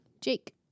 Jake